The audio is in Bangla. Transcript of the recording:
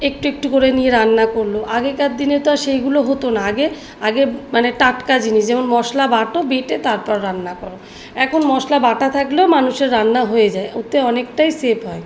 একটু একটু করে নিয়ে রান্না করল আগেকার দিনে তো আর সেইগুলো হতো না আগে আগে মানে টাটকা জিনিস যেমন মশলা বাটো বেটে তারপর রান্না কর এখন মশলা বাটা থাকলেও মানুষের রান্না হয়ে যায় ওতে অনেকটাই সেভ হয়